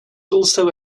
also